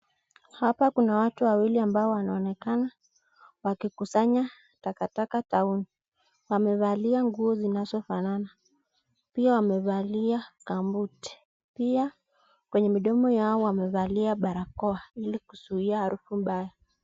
Hapa kuna watu wawili ambao wanaonekana wakikusanya takataka town wamevalia nguo zinazo fanana, pia wamevalia gumboot , pia kwenye midomo yao wmevalia barakoa ilikuzuilia halufu baya.